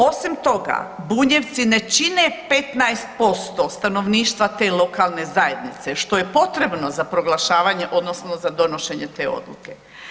Osim toga, Bunjevci ne čine 15% stanovništva te lokalne zajednice, što je potrebno za proglašavanje odnosno za donošenje te odluke.